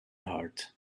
heart